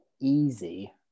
easy